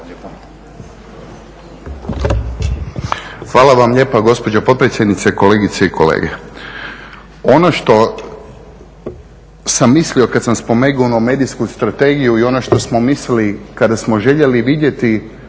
Hvala vam lijepa gospođo potpredsjednice, kolegice i kolege. Ono što sam mislio kad sam spomenuo medijsku strategiju i ono što smo mislili kada smo željeli vidjeti